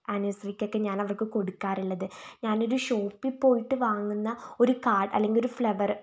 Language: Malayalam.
ആനിവേഴ്സറിക്കൊക്കെ ഞാൻ അവർക്ക് കൊടുക്കാറുള്ളത് ഞാനൊരു ഷോപ്പിൽ പോയിട്ട് വാങ്ങുന്ന ഒരു കാർഡ് അല്ലെങ്കിൽ ഒരു ഫ്ലവറ്